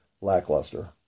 lackluster